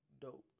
dope